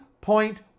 point